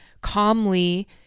calmly